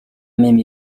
même